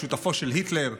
שותפו של היטלר,